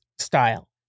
style